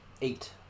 eight